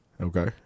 Okay